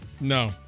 No